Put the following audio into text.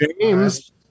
James